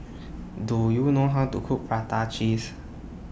Do YOU know How to Cook Prata Cheese